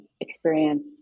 experience